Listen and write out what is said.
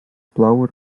blauer